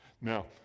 Now